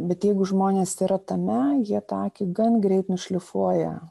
bet jeigu žmonės yra tame jie tą akį gan greit nušlifuoja